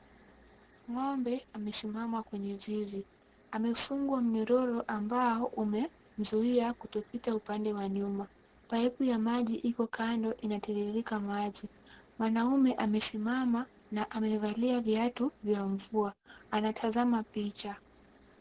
Ng'ombe amesimama kwenye zizi. Amefungwa minyororo ambao umemzuia kutopita upande wa nyuma. Paipu ya maji iko kando inatiririka maji. Mwanamume amesimama na amevalia viatu vya mvua . Anatazama picha.